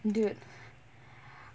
dude